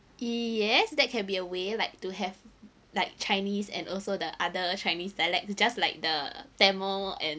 yes that can be a way like to have like chinese and also the other chinese dialect just like the tamil and